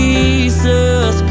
Jesus